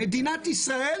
מדינת ישראל,